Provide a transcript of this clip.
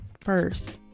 first